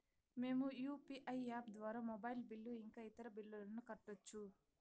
మేము UPI app ద్వారా mobile bill ఇంకా ఇతర బిల్లులను కట్టొచ్చు